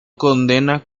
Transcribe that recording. condena